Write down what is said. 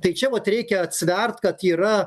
tai čia vat reikia atsvert kad yra